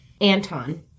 Anton